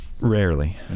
rarely